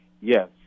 Yes